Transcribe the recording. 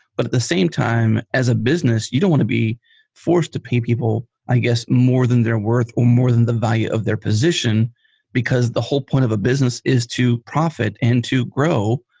but at the same time, as a business, you don't want to be forced to pay people, i guess, more than they're worth or more than the value of their position because the whole point of a business is to profit and to grow.